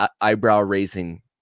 eyebrow-raising